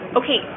okay